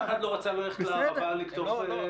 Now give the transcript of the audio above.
אף אחד לא רצה ללכת לקטוף עגבניות.